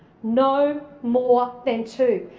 no more than two.